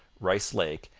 rice lake,